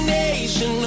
nation